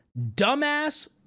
dumbass